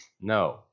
No